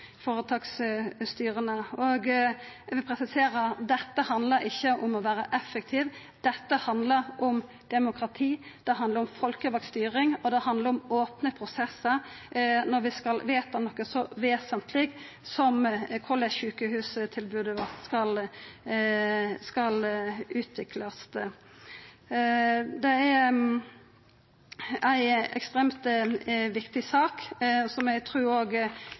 føretaksstyra. Eg vil presisera at dette ikkje handlar om å vera effektiv. Dette handlar om demokrati, det handlar om folkevald styring, og det handlar om opne prosessar når vi skal vedta noko så vesentleg som korleis sjukehustilbodet vårt skal utviklast. Det er ei ekstremt viktig sak som eg trur mange vil gå inn i og